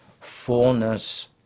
fullness